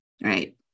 right